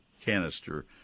canister